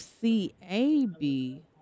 C-A-B